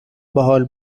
باحال